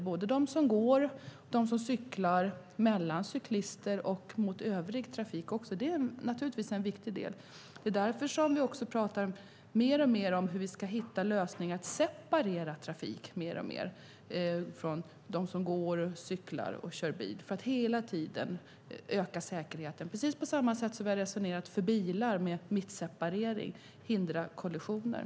Det gäller dem som går och dem som cyklar och mellan cyklister och övrig trafik. Det är en viktig del. Det är också därför vi alltmer talar om hur vi ska hitta lösningar att separera trafik mer. Det gäller dem som går, cyklar och kör bil. Vi ska hela tiden öka säkerheten precis på samma sätt som vi har resonerat för bilar där man har mittseparering för att hindra kollisioner.